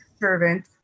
servant